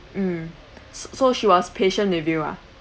mm s~ so she was patient with you ah